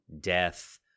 death